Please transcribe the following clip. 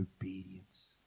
obedience